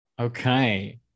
okay